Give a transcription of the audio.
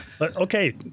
okay